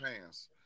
pants